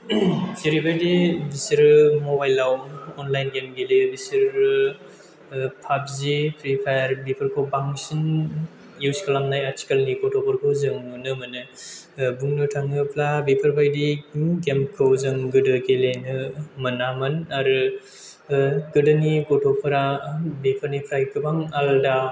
जेरैबायदि बिसोरो मबाइलाव अनलाइन गेम गेलेयो बिसोरो पाबजि फ्रिफायार बेफोरखौ बांसिन इउज खालामनाय आथिखालनि गथ'फोरखौ जों नुनो मोनो बुंनो थाङोब्ला बेफोरबायदि गेमखौ जों गोदो गेलेनो मोनामोन आरो गोदोनि गथ'फोरा बेफोरनिफ्राय गोबां आलादा